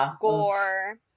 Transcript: gore